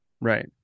Right